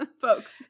folks